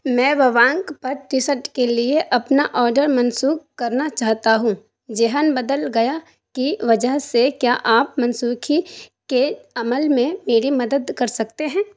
میں ووانک پر ٹی شٹ کے لیے اپنا آڈر منسوخ کرنا چاہتا ہوں ذہن بدل گیا کی وجہ سے کیا آپ منسوخی کے عمل میں میری مدد کر سکتے ہیں